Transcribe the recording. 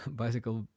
bicycle